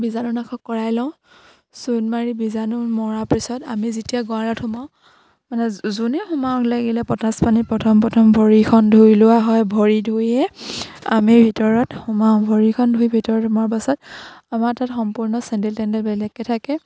বীজাণুনাশক কৰাই লওঁ চূণ মাৰি বীজাণু মৰাৰ পিছত আমি যেতিয়া গঁৰালত সোমাওঁ মানে যোনে সোমাওঁ লাগিলে পটাচ পানী প্ৰথম প্ৰথম ভৰিখন ধুই লোৱা হয় ভৰি ধুইয়ে আমি ভিতৰত সোমাওঁ ভৰিখন ধুই ভিতৰত সোমোৱাৰ পাছত আমাৰ তাত সম্পূৰ্ণ চেণ্ডেল টেণ্ডেল বেলেগকে থাকে